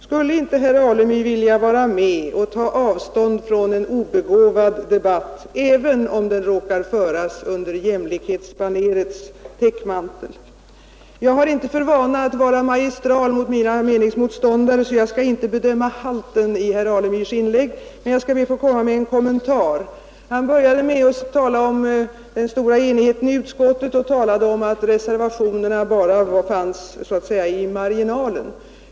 Skulle inte herr Alemyr vilja vara med om att ta avstånd från en obegåvad debatt, även om den råkar föras under jämlikhetsbanerets täckmantel? Jag har inte för vana att vara magistral mot mina meningsmotståndare, och därför skall jag här inte bedöma halten av herr Alemyrs inlägg. Men jag skall be att få göra en kommentar. Herr Alemyr började med att tala om den stora enigheten i utskottet och sade att reservationerna bara fanns så att säga i marginalen.